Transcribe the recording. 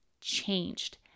changed